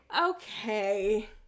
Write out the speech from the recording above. Okay